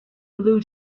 blue